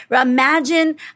Imagine